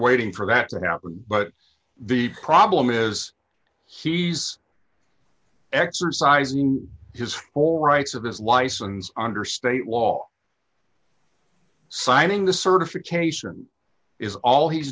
waiting for that to happen but the problem is he's exercising his rights of his license under state law signing the certification is all he's